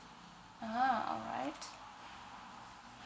ah ha alright